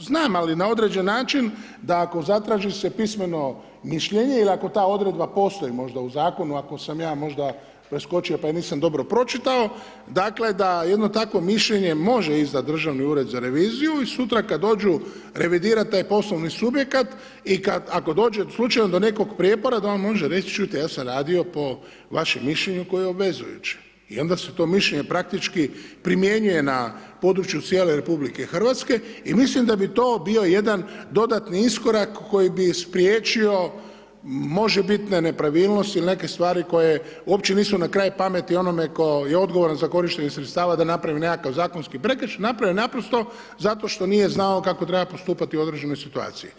znam, ali na određeni način, da ako zatraži se pismeno mišljenje, il ako ta odredba postoji možda u Zakonu ako sam ja možda preskočio, pa je nisam dobro pročitao, dakle, da jedno takvo mišljenje može izdati Državni ured za reviziju i sutra kada dođu revidirati taj poslovni subjekat i ako dođe slučajno do nekoga prijepora da on može reći, čujte, ja sam radio po vašem mišljenju koje je obvezujuće i onda se to mišljenje praktički primjenjuje na području cijele RH i mislim da bi to bio jedan dodatni iskorak koji bi spriječio, može biti na nepravilnost ili neke stvari koje uopće nisu na kraju pameti onome tko je odgovoran za korištenje sredstava da napravi neki zakonski prekršaj, napravio je naprosto zato što nije znao kako treba postupati u određenoj situaciji.